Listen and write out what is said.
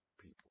people